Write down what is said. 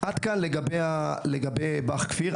עד כאן לגבי בא"ח כפיר.